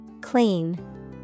Clean